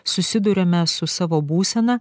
susiduriame su savo būsena